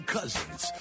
Cousins